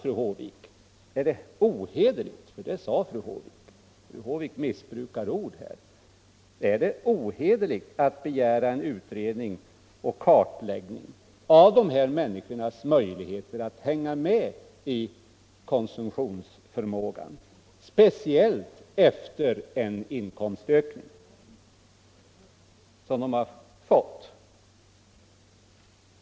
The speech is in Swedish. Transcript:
Fru Håvik sade att det är ohederligt — fru Håvik missbrukar ord — att begära en kartläggning av dessa människors konsumtionsförmåga, speciellt efter den inkomstökning som de har fått.